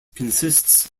consists